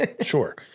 Sure